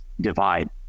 divide